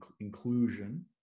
inclusion